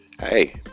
hey